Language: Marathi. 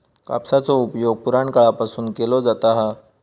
कापसाचो उपयोग पुराणकाळापासून केलो जाता हा